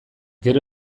gero